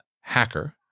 hacker